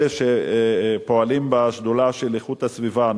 אלה שפועלים בשדולה של איכות הסביבה,